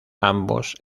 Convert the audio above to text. ambos